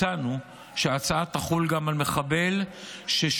הצענו שההצעה תחול גם על מחבל ששוחרר